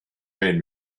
made